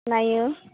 नायो